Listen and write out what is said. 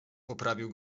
poprawił